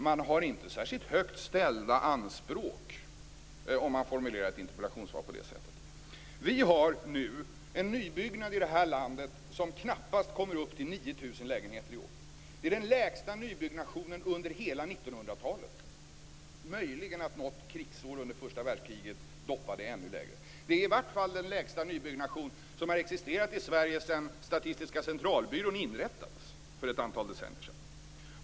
Man har inte särskilt högt ställda anspråk om man formulerar ett interpellationssvar på det sättet! Vi har nu en nybyggnation här i landet som i år knappast kommer upp till 9 000 lägenheter. Det är den lägsta nybyggnationen under hela 1900-talet - möjligen doppade kurvan ännu lägre under något krigsår under första världskriget. Det är i varje fall den lägsta nybyggnation som har existerat i Sverige sedan Statistiska centralbyrån inrättades för ett antal decennier sedan.